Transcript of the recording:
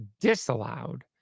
disallowed